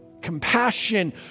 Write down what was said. Compassion